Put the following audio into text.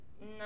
No